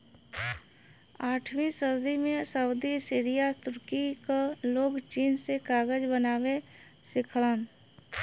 आठवीं सदी में सऊदी सीरिया तुर्की क लोग चीन से कागज बनावे सिखलन